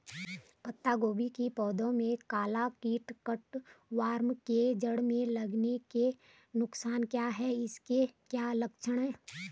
पत्ता गोभी की पौध में काला कीट कट वार्म के जड़ में लगने के नुकसान क्या हैं इसके क्या लक्षण हैं?